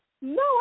No